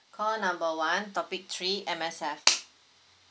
call number one topic three M_S_F